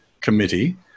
committee